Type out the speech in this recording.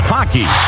Hockey